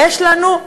יש לנו,